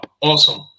awesome